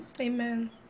Amen